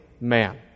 man